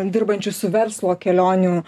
dirbančių su verslo kelionių